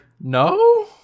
No